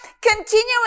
continuing